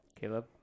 Caleb